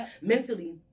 Mentally